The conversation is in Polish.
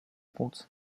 płuc